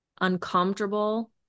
uncomfortable